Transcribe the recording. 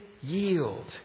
yield